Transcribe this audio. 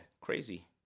crazy